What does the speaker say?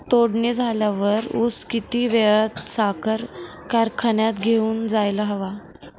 तोडणी झाल्यावर ऊस किती वेळात साखर कारखान्यात घेऊन जायला हवा?